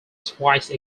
twice